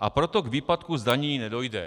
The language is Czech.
a proto k výpadku z daní nedojde.